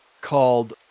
called